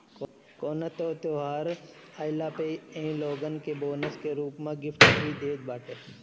कवनो तर त्यौहार आईला पे इ लोगन के बोनस के रूप में गिफ्ट भी देत बाटे